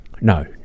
No